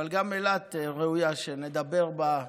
וגם אילת ראויה שנדבר בה,